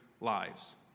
lives